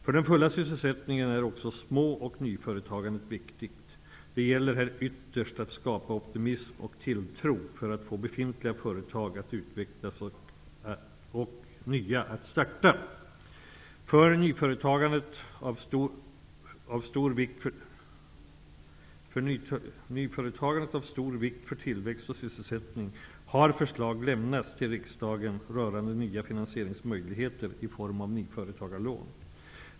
För den fulla sysselsättningen är också små och nyföretagandet viktigt. Det gäller ytterst att skapa optimism och tilltro för att få befintliga företag att utvecklas och nya att starta. För nyföretagandet, som är av stor vikt för tillväxt och sysselsättning, har förslag lämnats till riksdagen rörande nya finansieringsmöjligheter i form av nyföretagarlån.